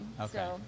okay